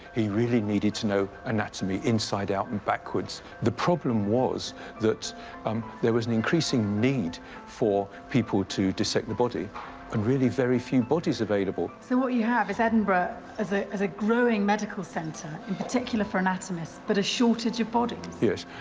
he really needed to know anatomy inside out and backwards. the problem was that um there was an increasing need for people to dissect the body and really very few bodies available. so what you have is edinburgh as a as a growing medical center, in particular for anatomists, but a shortage of bodies. yes,